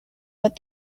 what